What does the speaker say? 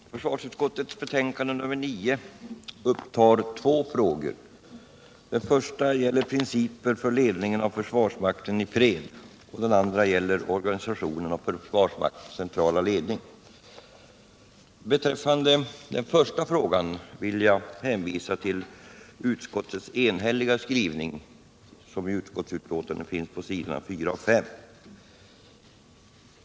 Herr talman! Försvarsutskottets betänkande nr 9 behandlar två frågor. Den första gäller principer för ledningen av försvarsmakten i fred och den andra gäller organisationen av försvarsmaktens centrala ledning. Beträffande den första frågan vill jag hänvisa till utskottets enhälliga skrivning, som i utskottsbetänkandet återfinns på s. 4 och 5.